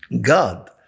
God